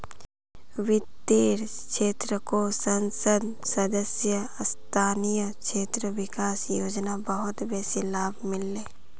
वित्तेर क्षेत्रको संसद सदस्य स्थानीय क्षेत्र विकास योजना बहुत बेसी लाभ मिल ले